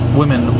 women